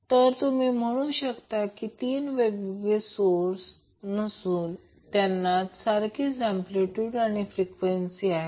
तर तुम्ही म्हणू शकता की तेथे 3 वेगवेगळे सोर्स असून त्यांना सारखीच अँम्पलीट्यूड आणि फ्रिक्वेन्सी आहे